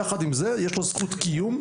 יחד עם זה יש לו זכות קיום,